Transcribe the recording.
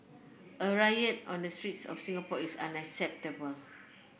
a riot on the streets of Singapore is unacceptable